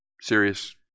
serious